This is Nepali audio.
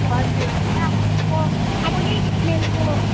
हजुर अब अब यै स्मेलको